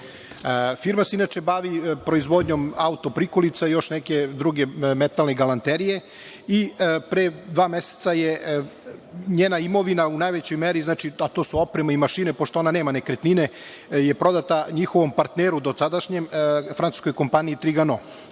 Firma se inače bavi proizvodnjom autoprikolica i još neke druge metalne galanterije. Pre dva meseca je njena imovina, u najvećoj meri, a to su oprema i mašine, pošto ona nema nekretnine, prodata njihovom partneru, dosadašnjem, francuskoj kompaniji „Trigano“,